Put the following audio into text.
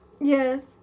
Yes